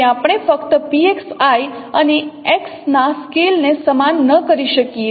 તેથી આપણે ફક્ત PXi અને x ના સ્કેલ ને સમાન ન કરી શકીએ